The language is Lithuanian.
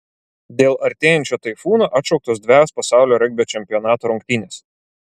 dėl artėjančio taifūno atšauktos dvejos pasaulio regbio čempionato rungtynės